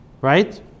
Right